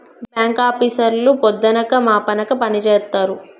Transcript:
గీ బాంకాపీసర్లు పొద్దనక మాపనక పనిజేత్తరు